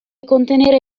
contenere